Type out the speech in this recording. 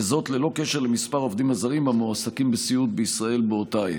ללא קשר למספר העובדים הזרים המועסקים בסיעוד בישראל באותה עת.